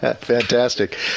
Fantastic